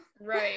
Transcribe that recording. Right